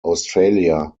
australia